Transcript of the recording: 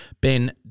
Ben